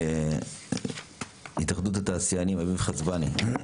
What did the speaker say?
אביב חצבני מהתאחדות התעשיינים, בבקשה.